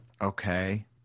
Okay